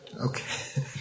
Okay